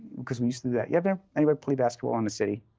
because we use to do that yeah but anybody play basketball in the city?